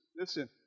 listen